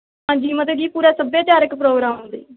ਹਾਂਜੀ ਮਤਲਬ ਜੀ ਪੂਰਾ ਸੱਭਿਆਚਾਰਕ ਪ੍ਰੋਗਰਾਮ